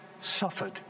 suffered